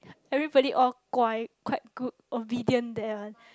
everybody all 乖 quite good obedient there one